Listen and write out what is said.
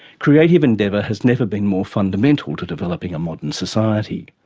creative endeavour has never been more fundamental to developing a modern society.